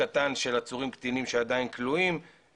קטן של עצורים קטינים שעדיין כלואים.